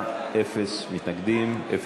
הרווחה והבריאות על רצונה להחיל דין